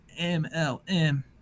MLM